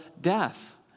death